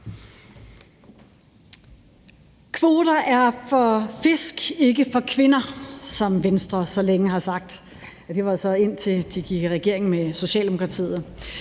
Kvoter er for fisk, ikke for kvinder, som Venstre så længe har sagt. Det var så, indtil de gik i regering med Socialdemokratiet.